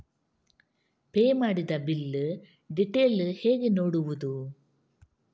Pay ಮಾಡಿದ bill detail ಹೇಗೆ ನೋಡುವುದು?